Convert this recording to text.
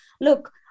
look